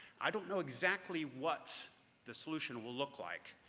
i don't know exactly what the solution will look like,